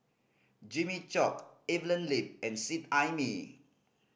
Jimmy Chok Evelyn Lip and Seet Ai Mee